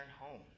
home